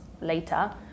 later